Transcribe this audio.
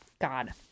God